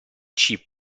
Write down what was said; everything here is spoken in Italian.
chip